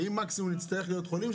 ואם מקסימום נצטרך להיות חולים,